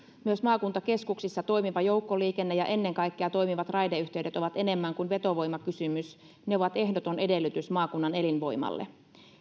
myös maakuntakeskuksissa toimiva joukkoliikenne ja ennen kaikkea toimivat raideyhteydet ovat enemmän kuin vetovoimakysymys ne ovat ehdoton edellytys maakunnan elinvoimalle